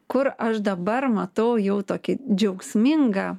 kur aš dabar matau jau tokį džiaugsmingą